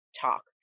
talk